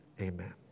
Amen